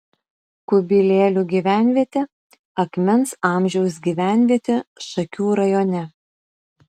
kubilėlių gyvenvietė akmens amžiaus gyvenvietė šakių rajone